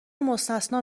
مستثنی